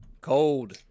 Cold